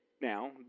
Now